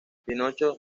pinocho